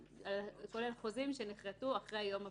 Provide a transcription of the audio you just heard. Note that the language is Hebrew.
כולל חוזים שנכרתו אחרי יום הפרסום.